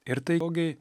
ir tai jau gi